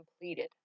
completed